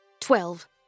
Twelve